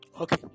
Okay